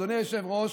אדוני היושב-ראש,